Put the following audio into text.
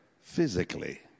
physically